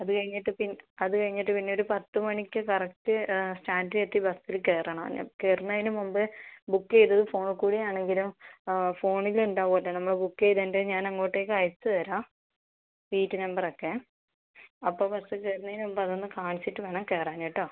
അത് കഴിഞ്ഞിട്ട് പിന്ന് അത് കഴിഞ്ഞിട്ട് പിന്നെ ഒരു പത്ത് മണിക്ക് കറക്റ്റ് സ്റ്റാൻഡിലെത്തി ബസ്സിൽ കയറണം കയറുന്നതിന് മുൻപേ ബുക്ക് ചെയ്തത് ഫോണിൽ കൂടിയാണെങ്കിലും ഫോണിൽ ഉണ്ടാവുമല്ലോ അത് നമ്മൾ ബുക്ക് ചെയ്തതിന്റെ ഞാൻ അങ്ങോട്ടേക്ക് അയച്ച് തരാം സീറ്റ് നമ്പർ ഒക്കെ അപ്പം ബസ്സിൽ കയറുന്നതിന് മുൻപ് അതൊന്ന് കാണിച്ചിട്ട് വേണം കയറാൻ കേട്ടോ